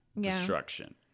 destruction